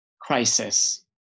crisis